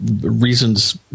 reasons